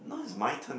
now it's my turn